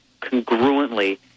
congruently